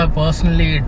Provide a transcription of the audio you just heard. personally